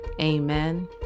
amen